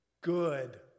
good